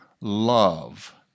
love